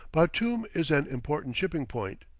batoum is an important shipping point.